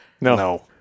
No